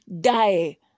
die